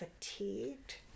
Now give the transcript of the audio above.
fatigued